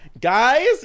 Guys